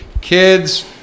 kids